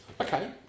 Okay